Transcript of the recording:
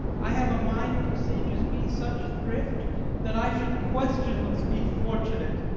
i have a mind presages me such thrift that i should questionless be fortunate.